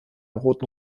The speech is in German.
roten